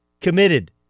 committed